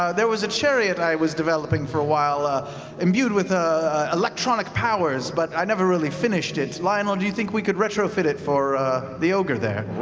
ah there was a chariot i was developing for a while ah imbued with ah electronic powers, but i never really finished it. lionel, do you think we could retrofit it for the ogre there?